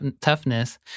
toughness